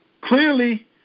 clearly